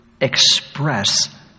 express